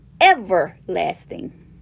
everlasting